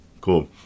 Cool